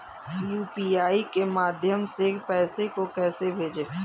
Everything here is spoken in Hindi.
यू.पी.आई के माध्यम से पैसे को कैसे भेजें?